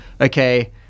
okay